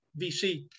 VC